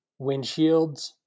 windshields